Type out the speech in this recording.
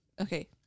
okay